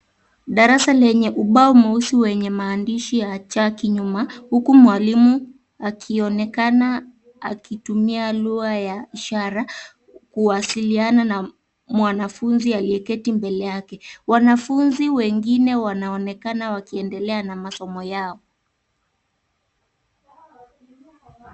Darasa lenye ubao mweusi wenye maandishi ya chaki nyuma, huku mwalimu akionekana akitumia lugha ya ishara kuwasiliana na mwanafunzi aliyeketi mbele yake. Wanafunzi wengine wanaonekana wakiendelea na masomo yao.